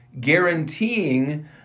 guaranteeing